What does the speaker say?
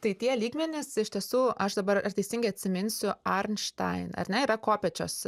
tai tie lygmenys iš tiesų aš dabar ar teisingai atsiminsiu arnštain ar ne yra kopėčios